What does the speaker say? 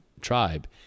tribe